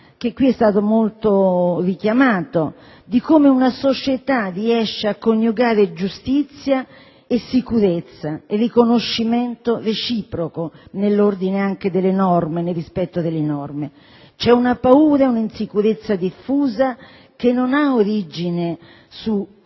che qui è stato più volte richiamato, quello del modo in cui una società riesce a coniugare giustizia, sicurezza e riconoscimento reciproco, nell'ordine delle norme, nel rispetto delle norme. C'è una paura e una insicurezza diffusa che non ha origine da